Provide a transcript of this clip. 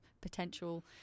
potential